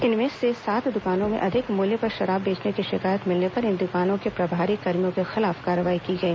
इनमें से सात दुकानों में अधिक मूल्य पर शराब बेचने की शिकायत मिलने पर इन दुकानों के प्रभारी कर्मियों के खिलाफ कार्रवाई की गई